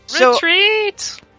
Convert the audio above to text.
Retreat